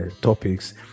topics